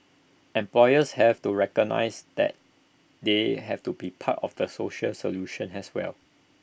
employers have to recognise that they have to be part of the social solution as well